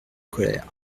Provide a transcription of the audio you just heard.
colère